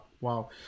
Wow